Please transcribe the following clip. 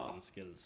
skills